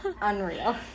unreal